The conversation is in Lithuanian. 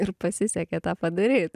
ir pasisekė tą padaryt